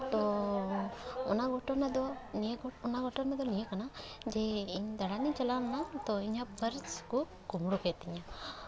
ᱛᱚ ᱚᱱᱟ ᱜᱷᱚᱴᱚᱱᱟ ᱫᱚ ᱱᱤᱭᱟᱹ ᱠᱚ ᱚᱱᱟ ᱜᱷᱚᱴᱚᱱᱟ ᱫᱚ ᱱᱤᱭᱟᱹ ᱠᱟᱱᱟ ᱡᱮ ᱤᱧ ᱫᱟᱬᱟᱱᱤᱧ ᱪᱟᱞᱟᱣ ᱞᱮᱱᱟ ᱛᱚ ᱤᱧᱟᱹᱜ ᱯᱟᱨᱥ ᱠᱚ ᱠᱳᱸᱵᱽᱲᱳ ᱠᱮᱜ ᱛᱤᱧᱟᱹ